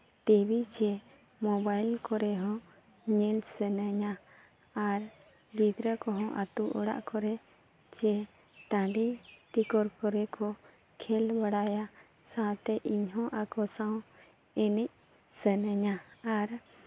TV ᱥᱮ mobile ᱠᱚᱨᱮ ᱦᱚᱸ ᱧᱮᱞ ᱥᱟᱱᱟᱧᱟ ᱟᱨ ᱜᱤᱫᱽᱨᱟᱹ ᱠᱚ ᱦᱚᱸ ᱟᱛᱳ ᱚᱲᱟᱜ ᱠᱚᱨᱮ ᱪᱮ ᱴᱟ ᱰᱤ ᱴᱤᱠᱚᱨ ᱠᱚᱨᱮᱜ ᱠᱚ ᱠᱷᱮᱞ ᱵᱟᱲᱟᱭᱟ ᱥᱟᱶᱛᱮ ᱤᱧ ᱦᱚᱸ ᱟᱠᱚ ᱥᱟᱶ ᱮᱱᱮᱡ ᱥᱟᱱᱟᱧᱟ ᱟᱨ